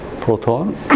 proton